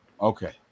Okay